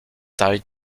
taille